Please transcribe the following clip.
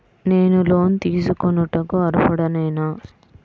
నేను లోన్ తీసుకొనుటకు అర్హుడనేన?